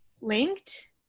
linked